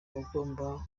abagombaga